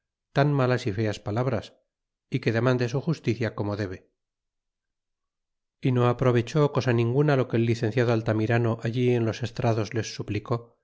tan malas y feas palabras e que demande su justicia como debe y no aprovechó cosa ninguna lo que el licenciado altamirano allí en los estrados les suplicó